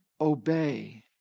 obey